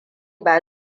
ba